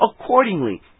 accordingly